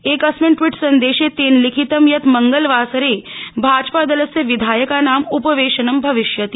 एकस्मिन् ट्वीट सन्देशे तेन लिखितं यत् मंगलवासरे भाजपादलस्य विधायकानां उपवेशनं भविष्यति